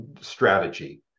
strategy